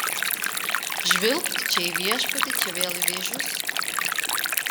žvilgt čia į viešpatį čia vėl į vėžius